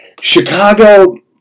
Chicago